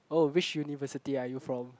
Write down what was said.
oh which university are you from